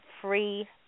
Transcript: free